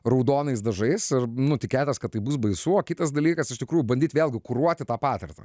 raudonais dažais ir nu tikėtis kad tai bus baisu kitas dalykas iš tikrųjų bandyt vėlgi kuruoti tą patirtį